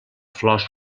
flors